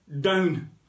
down